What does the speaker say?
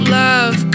love